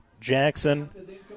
Jackson